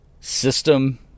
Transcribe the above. system